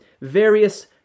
Various